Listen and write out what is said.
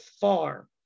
far